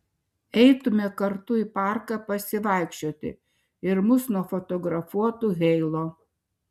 eitumėme kartu į parką pasivaikščioti ir mus nufotografuotų heilo